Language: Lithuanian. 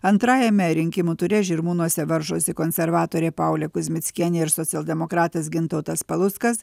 antrajame rinkimų ture žirmūnuose varžosi konservatorė paulė kuzmickienė ir socialdemokratas gintautas paluckas